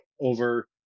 over